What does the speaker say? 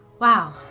Wow